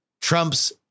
Trump's